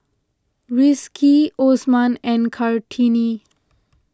Rizqi Osman and Kartini